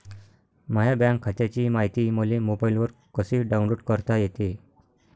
माह्या बँक खात्याची मायती मले मोबाईलवर कसी डाऊनलोड करता येते?